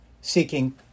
seeking